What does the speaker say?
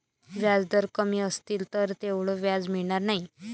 व्याजदर कमी असतील तर तेवढं व्याज मिळणार नाही